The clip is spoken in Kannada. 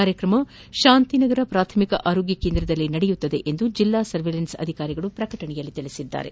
ಕಾರ್ಯತ್ರಮವು ಶಾಂತಿ ನಗರ ಪ್ರಾಥಮಿಕ ಆರೋಗ್ಯ ಕೇಂದ್ರದಲ್ಲಿ ನಡೆಯಲಿದೆ ಎಂದು ಜಿಲ್ಲಾ ಸರ್ವೇಲೆನ್ಸ್ ಅಧಿಕಾರಿಗಳು ಪ್ರಕಟಣೆಯಲ್ಲಿ ತಿಳಿಸಿದ್ದಾರೆ